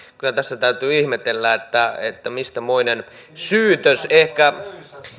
kyllä tässä täytyy ihmetellä että mistä moinen syytös ehkä